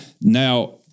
Now